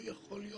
לא יכול להיות